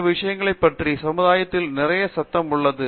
இந்த விஷயங்களை பற்றி சமுதாயத்தில் நிறைய சத்தம் உள்ளது